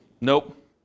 Nope